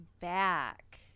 back